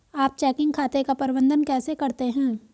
आप चेकिंग खाते का प्रबंधन कैसे करते हैं?